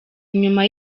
inyuma